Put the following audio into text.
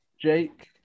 Jake